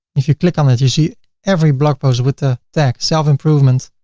if you click on that you see every blog post with the tag. self-improvement